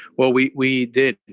well, we we did.